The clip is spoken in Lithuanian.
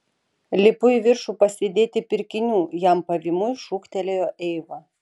lipu į viršų pasidėti pirkinių jam pavymui šūktelėjo eiva